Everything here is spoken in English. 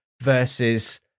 versus